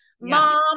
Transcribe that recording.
mom